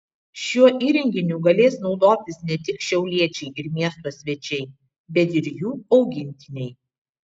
šiuo įrenginiu galės naudotis ne tik šiauliečiai ir miesto svečiai bet ir jų augintiniai